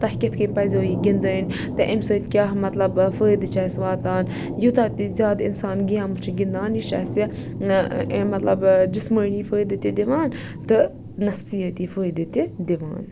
تۄہہِ کِتھ کٔنۍ پَزیٚو یہِ گِندٕنۍ تہٕ امہِ سۭتۍ کیاہ مطلب فٲیدٕ چھِ اَسہِ واتان یوتاہ تہِ زیادٕ اِنسان گیمہٕ چھُ گِندان یہِ چھُ اَسہِ مطلب جِسمٲنی فٲیدٕ تہِ دِوان تہٕ نفسِیٲتی فٲیدٕ تہِ دِوان